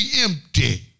empty